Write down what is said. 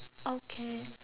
okay